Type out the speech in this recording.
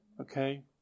okay